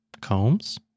Combs